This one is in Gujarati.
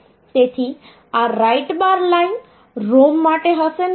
તેથી આ રાઇટ બાર લાઇન ROM માટે હશે નહીં